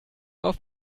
auf